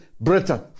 Britain